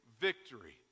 victory